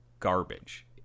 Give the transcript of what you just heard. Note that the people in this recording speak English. Garbage